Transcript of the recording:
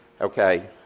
Okay